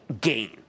gain